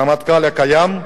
הרמטכ"ל הקיים,